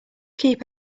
keep